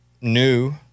new